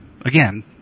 again